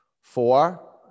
Four